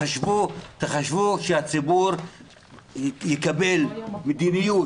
תחשבו שהציבור יקבל מדיניות,